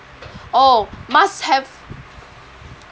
oh must have